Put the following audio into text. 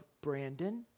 Brandon